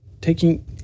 taking